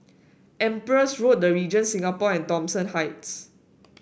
Empress Road The Regent Singapore and Thomson Heights